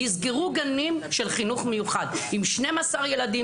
נסגרו גנים של חינוך מיוחד עם 12 ילדים.